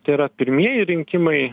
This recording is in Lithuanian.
tai yra pirmieji rinkimai